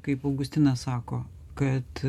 kaip augustinas sako kad